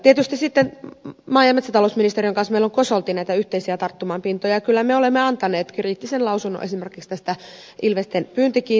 tietysti sitten maa ja metsätalousministeriön kanssa meillä on kosolti näitä yhteisiä tarttumapintoja ja kyllä me olemme antaneet kriittisen lausunnon esimerkiksi tästä ilvesten pyyntikiintiöstä